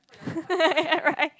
right